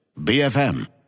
BFM